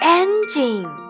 engine